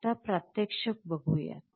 आता प्रात्यक्षिक बघूयात